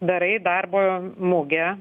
darai darbo mugę